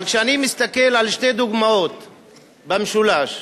כשאני מסתכל על שתי דוגמאות במשולש,